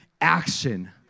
action